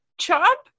Chop